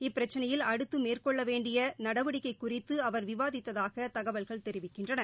இப்பிரச்சினையில் அடுத்துமேற்கொள்ளவேண்டியநடவடிக்கைகுறித்துஅவர் விவாதித்ததாகதகவல்கள் தெரிவிக்கின்றன